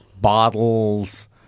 bottles